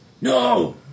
No